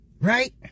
Right